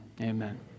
Amen